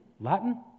Latin